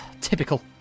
typical